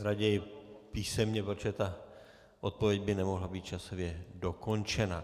Raději písemně, protože ta odpověď by nemohla být časově dokončena.